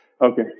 Okay